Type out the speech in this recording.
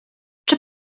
czy